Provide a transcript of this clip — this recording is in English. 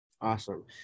Awesome